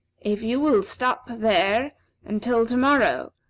if you will stop there until to-morrow,